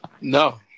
No